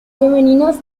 femeninos